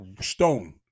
stone